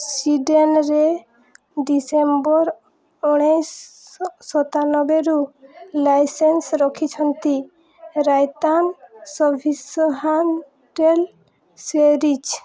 ସ୍ୱିଡ଼େନରେ December ଉଣେଇଶଶହ ସତାନବେରୁ licence ରଖିଛନ୍ତି ରାଇତାନ୍ ସର୍ଭିସ୍ ହାଣ୍ଡେଲ୍ ସ୍ଵେରିଜ୍